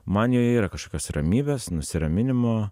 man joje yra kažkokios ramybės nusiraminimo